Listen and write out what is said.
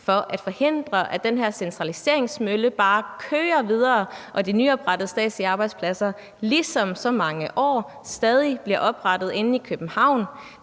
for at forhindre, at den her centraliseringsmølle bare kører videre og de nyoprettede statslige arbejdspladser, ligesom det er sket i så mange år, stadig bliver oprettet inde i København.